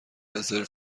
رزرو